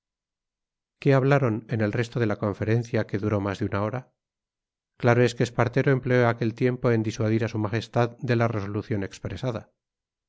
qué hablaron en el resto de la conferencia que duró más de una hora claro es que espartero empleó aquel tiempo en disuadir a su majestad de la resolución expresada